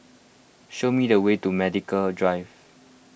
show me the way to Medical Drive